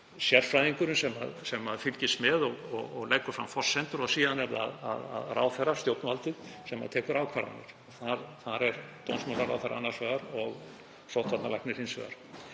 sérfræðingurinn sem fylgist með og leggur fram forsendur og síðan er það ráðherra, stjórnvaldið, sem tekur ákvarðanir. Þar er dómsmálaráðherra annars vegar og sóttvarnalæknir hins vegar.